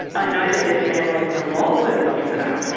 ah know that there's families a lot worse off than us,